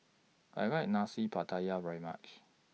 I like Nasi Pattaya very much